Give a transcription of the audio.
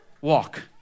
walk